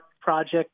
project